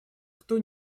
кто